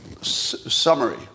summary